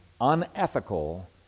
unethical